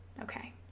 Okay